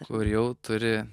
kur jau turi